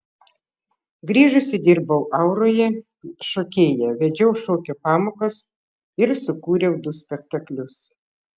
grįžusi dirbau auroje šokėja vedžiau šokio pamokas ir sukūriau du spektaklius